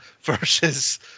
versus